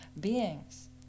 beings